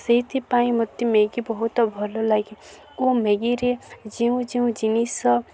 ସେଇଥିପାଇଁ ମୋତେ ମ୍ୟାଗି ବହୁତ ଭଲ ଲାଗେ ଓ ମ୍ୟାଗିରେ ଯେଉଁ ଯେଉଁ ଜିନିଷ